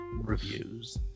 reviews